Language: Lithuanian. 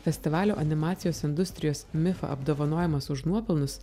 festivalio animacijos industrijos mifa apdovanojimas už nuopelnus